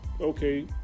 okay